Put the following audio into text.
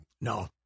No